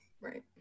right